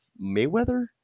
Mayweather